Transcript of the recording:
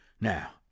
Now